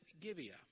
Gibeah